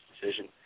decision